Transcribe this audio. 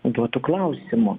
duotu klausimu